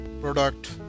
product